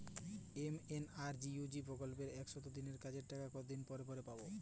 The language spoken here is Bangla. এম.এন.আর.ই.জি.এ প্রকল্পে একশ দিনের কাজের টাকা কতদিন পরে পরে পাব?